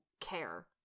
care